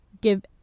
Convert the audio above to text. give